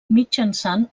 mitjançant